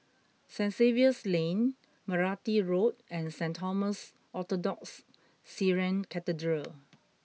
Saint Xavier's Lane Meranti Road and Saint Thomas Orthodox Syrian Cathedral